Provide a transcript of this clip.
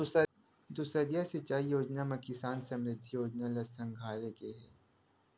दुसरइया सिंचई योजना म किसान समरिद्धि योजना ल संघारे गे हे